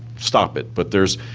stop it. but there's